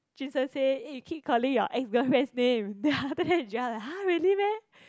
Jun sheng say eh you keep calling your ex girlfriend's name then after that Joel like !huh! really meh